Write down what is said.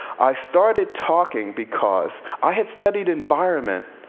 i started talking because i had studied environment.